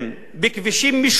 בכבישים משובשים.